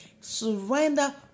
Surrender